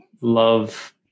love